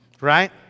right